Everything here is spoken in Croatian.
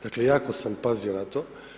Dakle, ja sam pazio na to.